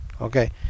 Okay